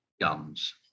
guns